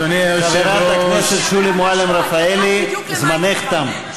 חברת הכנסת שולי מועלם-רפאלי, זמנך תם.